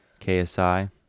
KSI